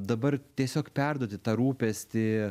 dabar tiesiog perduoti tą rūpestį